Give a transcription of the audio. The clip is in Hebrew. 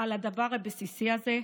על הדבר הבסיסי הזה?